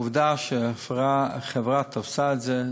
עובדה שהחברה תפסה את זה,